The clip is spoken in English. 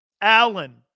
Allen